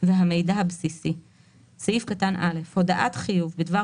והמידע הבסיסי 35. (א)הודעת חיוב בדבר